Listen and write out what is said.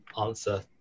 answer